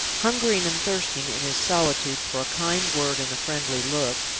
hungering and thirsting in his solitude for a kind word and a friendly look,